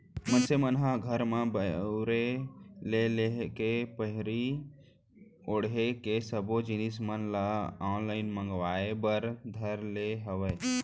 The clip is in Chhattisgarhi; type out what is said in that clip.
मनसे मन ह घर म बउरे ले लेके पहिरे ओड़हे के सब्बो जिनिस मन ल ऑनलाइन मांगए बर धर ले हावय